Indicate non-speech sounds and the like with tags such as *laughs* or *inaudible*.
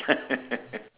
*laughs*